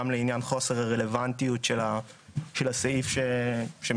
גם לעניין חוסר הרלוונטיות של הסעיף שמשרד